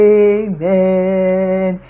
amen